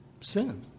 sin